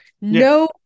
No